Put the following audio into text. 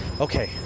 okay